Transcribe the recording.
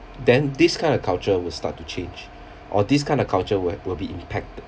then this kind of culture will start to change or this kind of culture will ha~ will be impacted